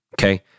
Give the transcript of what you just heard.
okay